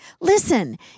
Listen